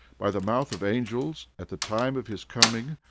by the mouth of angels, at the time of his coming,